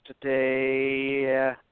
today